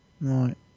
Right